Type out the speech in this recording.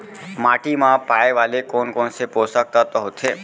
माटी मा पाए वाले कोन कोन से पोसक तत्व होथे?